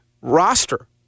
roster